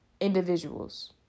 individuals